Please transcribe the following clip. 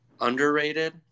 underrated